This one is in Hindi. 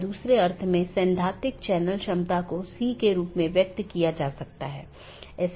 तो ये वे रास्ते हैं जिन्हें परिभाषित किया जा सकता है और विभिन्न नेटवर्क के लिए अगला राउटर क्या है और पथों को परिभाषित किया जा सकता है